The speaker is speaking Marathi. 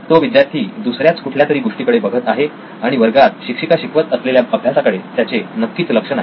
तो विद्यार्थी दुसऱ्याच कुठल्यातरी गोष्टीकडे बघत आहे आणि वर्गात शिक्षिका शिकवत असलेल्या अभ्यासाकडे त्याचे नक्कीच लक्ष नाही